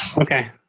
ok,